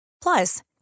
Plus